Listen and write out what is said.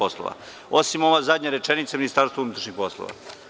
Osim ove zadnje rečenice Ministarstva unutrašnjih poslova.